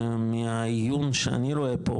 מהעיון שאני רואה פה,